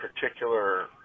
particular